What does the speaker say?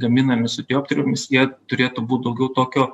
gaminami su dioptrijomis jie turėtų būt daugiau tokio